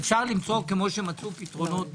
כמו שמצאו פתרונות בעבר,